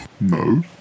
No